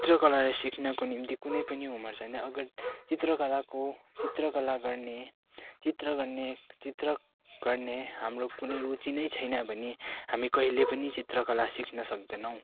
चित्रकलालाई सिक्नको निम्ति कुनै पनि उमेर छैन अगर चित्रकलाको चित्रकला गर्ने चित्र गर्ने चित्र गर्ने हाम्रो कुनै रुचि नै छैन भने हामी कहिले पनि चित्रकला सिक्न सक्दैनौँ